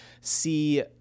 see